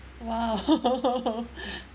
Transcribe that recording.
!wow!